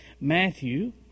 Matthew